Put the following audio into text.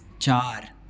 चार